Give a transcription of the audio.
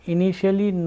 Initially